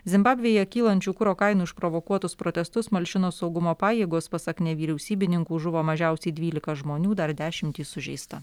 zimbabvėje kylančių kuro kainų išprovokuotus protestus malšino saugumo pajėgos pasak nevyriausybininkų žuvo mažiausiai dvylika žmonių dar dešimtys sužeista